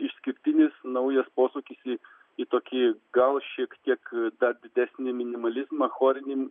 išskirtinis naujas posūkis į į tokį gal šiek tiek dar didesnį minimalizmą chorinį